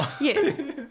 Yes